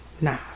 Nah